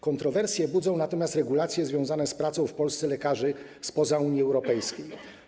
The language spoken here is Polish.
Kontrowersje budzą natomiast regulacje związane z pracą w Polsce lekarzy spoza Unii Europejskiej.